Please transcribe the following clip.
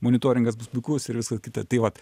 monitoringas bus puikus ir visa kita tai vat